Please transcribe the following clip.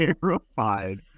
terrified